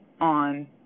on